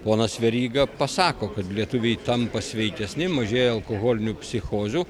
ponas veryga pasako kad lietuviai tampa sveikesni mažėja alkoholinių psichozių